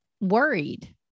Worried